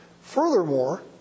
furthermore